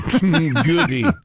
Goody